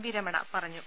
V Ramana പറഞ്ഞു